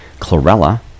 chlorella